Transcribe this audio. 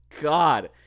God